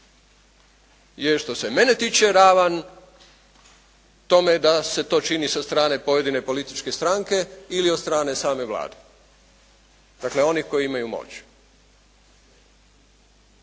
je što se mene tiče ravan tome da se to čini sa strane pojedine političke stranke ili od strane same Vlade. Dakle oni koji imaju moć.